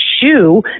shoe